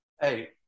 Hey